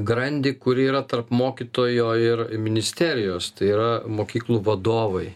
grandį kuri yra tarp mokytojo ir ministerijos tai yra mokyklų vadovai